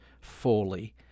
fully